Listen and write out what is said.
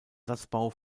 satzbau